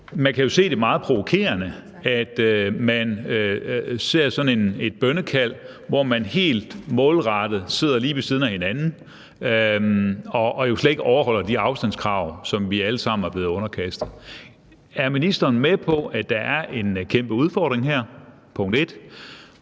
Man kan jo se det meget provokerende, når man ser sådan et bønnekald, at de helt målrettet sidder lige ved siden af hinanden og jo slet ikke overholder de afstandskrav, som vi alle sammen er blevet underkastet. Punkt 1: Er ministeren med på, at der er en kæmpe udfordring her? Og punkt 2: